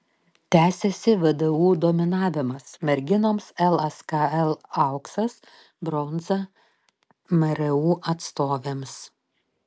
tęsiasi vdu dominavimas merginoms lskl auksas bronza mru atstovėms